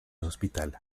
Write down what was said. hospital